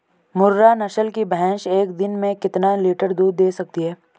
मुर्रा नस्ल की भैंस एक दिन में कितना लीटर दूध दें सकती है?